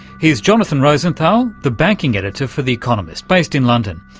here's jonathan rosenthal, the banking editor for the economist, based in london.